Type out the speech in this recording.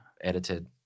edited